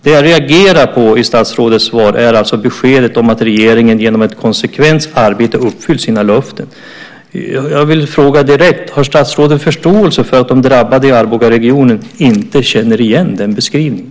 Det jag reagerar på i statsrådets svar är beskedet om att regeringen genom ett konsekvent arbete har uppfyllt sina löften. Har statsrådet förståelse för att de drabbade i Arbogaregionen inte känner igen den beskrivningen?